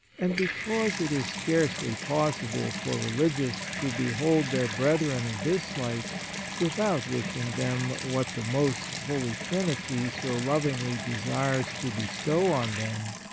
and because it is scarcely possible for religious to behold their brethren in this light without wishing them what the most holy trinity so lovingly desires to bestow on them,